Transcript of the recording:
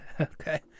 Okay